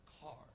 car